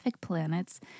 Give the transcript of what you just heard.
planets